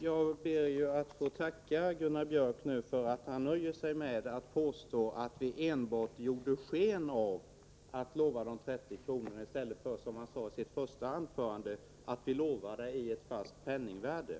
Fru talman! Jag ber att få tacka Gunnar Björk i Gävle för att han nu nöjer sig med att påstå att vi enbart gjorde sken av att lova 30 kr. och inte, som han sade i sitt första anförande, att vi lovade 30 kr. i ett fast penningvärde.